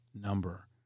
number